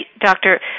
doctor